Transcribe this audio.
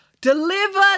deliver